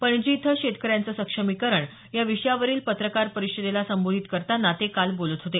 पणजी इथं शेतकऱ्यांचे सक्षमीकरण या विषयावरील पत्रकार परिषदेला संबोधित करताना ते काल बोलत होते